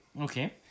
Okay